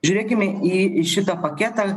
žiūrėkime į šitą paketą